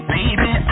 Baby